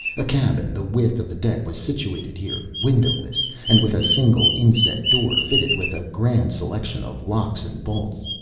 a cabin, the width of the deck, was situated here, windowless and with a single inset door fitted with a grand selection of locks and bolts.